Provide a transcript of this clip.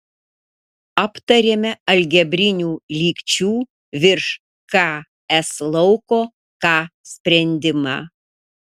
aptarėme algebrinių lygčių virš ks lauko k sprendimą